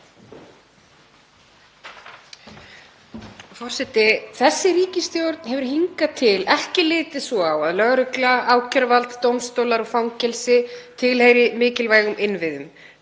Þessi ríkisstjórn hefur hingað til ekki litið svo á að lögregla, ákæruvald, dómstólar og fangelsi tilheyri mikilvægum innviðum.